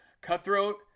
cutthroat